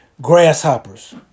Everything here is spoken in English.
Grasshoppers